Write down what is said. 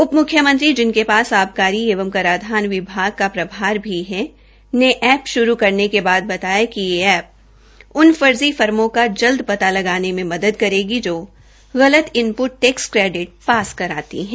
उप मुख्यमंत्री जिनके पास आबकारी एवं कराधान विभाग का प्रभार भी है ने ऐप शुरू करने के बाद बताया कि यह ऐप उन फर्जी फर्मों का जल्द पदा लगाने में मदद करेगा जो गलत इनपुट टैक्स कैडिट पास कराती हैं